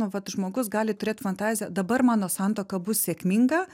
nu vat žmogus gali turėt fantaziją dabar mano santuoka bus sėkminga